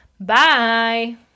Bye